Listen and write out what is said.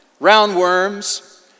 roundworms